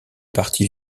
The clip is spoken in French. partit